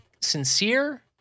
sincere